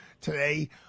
today